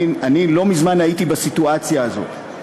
אני לא מזמן הייתי בסיטואציה הזאת.